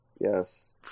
Yes